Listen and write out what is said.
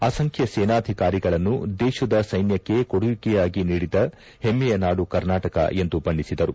ಅಸಂಖ್ಯ ಸೇನಾಧಿಕಾರಿಗಳನ್ನು ದೇಶದ ಸೈನ್ಯಕ್ಷೆ ಕೊಡುಗೆಯಾಗಿ ನೀಡಿದ ಹೆಮ್ಮೆಯ ನಾಡು ಕರ್ನಾಟಕ ಎಂದು ಬಣ್ಣಿಸಿದರು